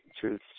truth